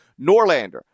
Norlander